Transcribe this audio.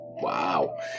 Wow